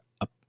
up